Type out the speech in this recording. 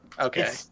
Okay